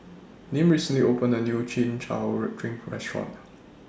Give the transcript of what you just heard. Nim recently opened A New Chin Chow Drink Restaurant